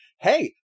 Hey